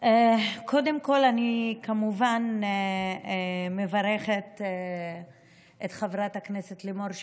קודם כול אני כמובן מברכת את חברת הכנסת לימור,